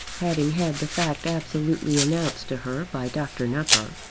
having had the fact absolutely announced to her by dr. nupper,